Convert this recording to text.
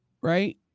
Right